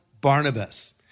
Barnabas